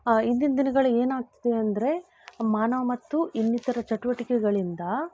ಇಂದಿನ ದಿನಗಳ ಏನಾಗ್ತಿದೆ ಅಂದರೆ ಮಾನವ ಮತ್ತು ಇನ್ನಿತರ ಚಟುವಟಿಕೆಗಳಿಂದ